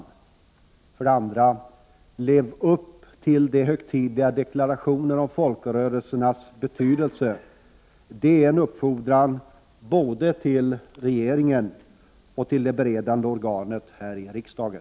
Oo Lev upp till de högtidliga deklarationerna om folkrörelsernas betydelse. Detta är en uppfordran både till regeringen och till det beredande organet här i riksdagen.